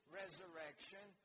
resurrection